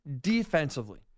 defensively